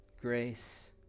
grace